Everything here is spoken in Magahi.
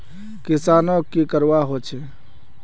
किसानोक की करवा होचे?